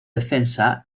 defensa